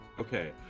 Okay